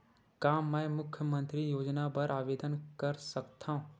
का मैं मुख्यमंतरी योजना बर आवेदन कर सकथव?